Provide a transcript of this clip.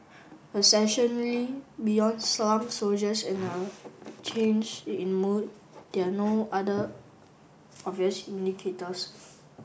essentially beyond slumped shoulders and a change in mood there are no other obvious indicators